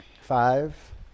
five